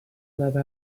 never